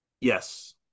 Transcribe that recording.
Yes